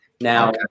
now